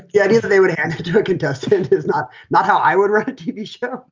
yet you thought they would hand to to a contestant is not. not how i would run a tv show.